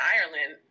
Ireland